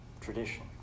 tradition